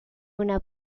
una